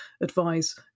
advise